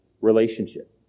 relationship